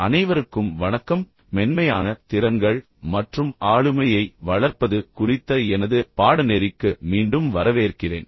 அனைவருக்கும் வணக்கம் மென்மையான திறன்கள் மற்றும் ஆளுமையை வளர்ப்பது குறித்த எனது பாடநெறிக்கு மீண்டும் வரவேற்கிறேன்